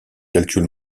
calcul